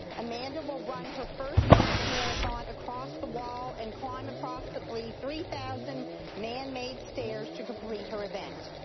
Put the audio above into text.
amanda will run her first half mayor thorn across the wall and climb approximately three thousand man made stairs to complete her event.